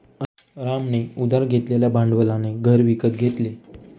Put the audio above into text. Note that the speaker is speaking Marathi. रामने उधार घेतलेल्या भांडवलाने घर विकत घेतले